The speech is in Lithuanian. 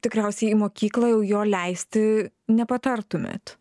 tikriausiai į mokyklą jau jo leisti nepatartumėt